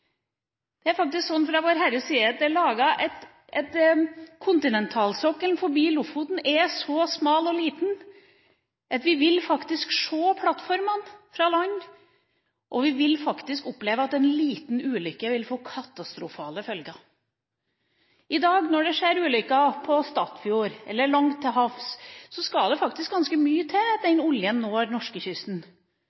fra Vår Herres side at kontinentalsokkelen forbi Lofoten er så smal og liten at vi vil faktisk se plattformene fra land, og vi vil oppleve at en liten ulykke vil få katastrofale følger. Når det i dag skjer ulykker på Statfjord eller langt til havs, skal det faktisk ganske mye til